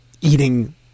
eating